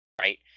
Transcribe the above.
right